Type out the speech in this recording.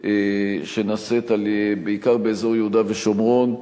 שנעשית בעיקר באזור יהודה ושומרון,